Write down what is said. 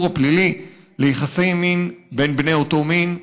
הפלילי על יחסי מין בין בני אותו מין.